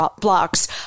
blocks